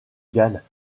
galles